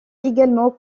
également